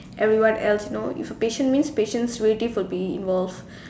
everyone else you know if a patient means patients ready for the involve